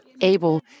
able